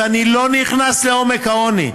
ואני לא נכנס לעומק העוני,